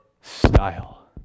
style